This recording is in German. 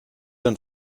denn